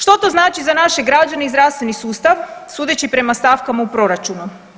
Što to znači za naše građane i zdravstveni sustav sudeći prema stavkama u proračunu?